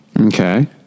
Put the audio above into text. Okay